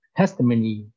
testimony